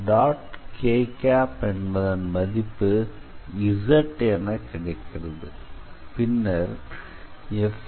kஎன்பதன் மதிப்பு z என கிடைக்கிறது பின்னர் F